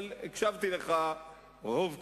אבל הקשבתי לך רוב קשב.